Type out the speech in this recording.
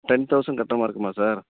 ten thousand கட்டுற மாதிரி இருக்குமா சார்